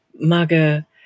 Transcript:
MAGA